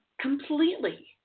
completely